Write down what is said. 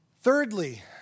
Thirdly